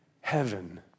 heaven